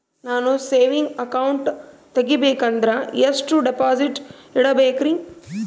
ನಾನು saving account ತೆಗಿಬೇಕಂದರ ಎಷ್ಟು ಡಿಪಾಸಿಟ್ ಇಡಬೇಕ್ರಿ?